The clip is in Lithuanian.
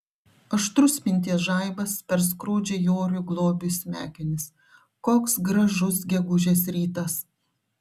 aštrus minties žaibas perskrodžia joriui globiui smegenis koks gražus gegužės rytas